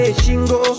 shingo